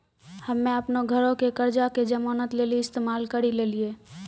हम्मे अपनो घरो के कर्जा के जमानत लेली इस्तेमाल करि लेलियै